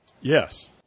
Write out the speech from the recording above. Yes